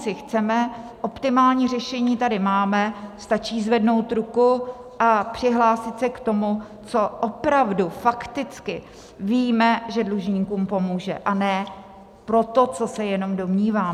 Pomoci chceme, optimální řešení tady máme, stačí zvednout ruku a přihlásit se k tomu, co opravdu fakticky víme, že dlužníkům pomůže, a ne pro to, co se jenom domníváme.